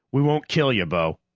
we won't kill you, bo.